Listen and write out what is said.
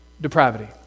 depravity